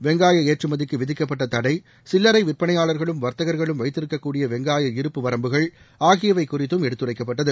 வெங்காய ஏற்றுமதிக்கு விதிக்கப்பட்ட தடை சில்லறை விற்பனையாளர்களும் வர்த்தகர்களும் வைத்திருக்கக்கூடிய வெங்காய இருப்பு வரம்புகள் ஆகியவை குறித்தும் எடுத்துரைக்கப்பட்டது